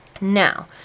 Now